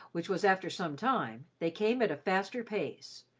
which was after some time, they came at a faster pace.